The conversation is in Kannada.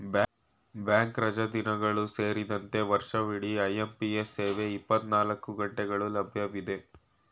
ಬ್ಯಾಂಕ್ ರಜಾದಿನಗಳು ಸೇರಿದಂತೆ ವರ್ಷವಿಡಿ ಐ.ಎಂ.ಪಿ.ಎಸ್ ಸೇವೆ ಇಪ್ಪತ್ತನಾಲ್ಕು ಗಂಟೆಗಳು ಲಭ್ಯವಿದೆ